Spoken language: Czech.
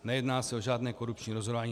Nejedná se o žádné korupční rozhodování.